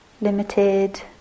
limited